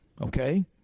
Okay